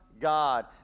God